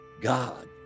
God